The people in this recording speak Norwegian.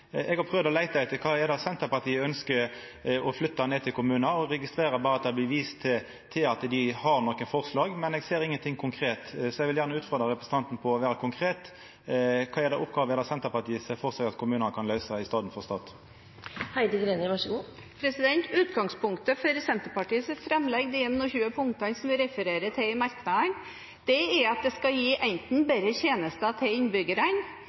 Eg har prøvd å leita etter kva det er Senterpartiet ønskjer å flytta ned til kommunane og registrerer berre at det blir vist til at dei har nokre forslag, men eg ser ingenting konkret. Eg vil gjerne utfordra representanten til å vera konkret: Kva oppgåver er det Senterpartiet ser føre seg at kommunane kan løysa i staden for staten? Utgangspunktet for Senterpartiets framlegg, de 21 punktene som vi refererer til i merknadene, er at det enten skal gi bedre tjenester til innbyggerne eller at det skal gi